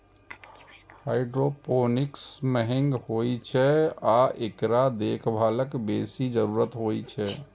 hydroponics महंग होइ छै आ एकरा देखभालक बेसी जरूरत होइ छै